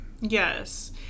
Yes